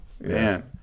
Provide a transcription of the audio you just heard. Man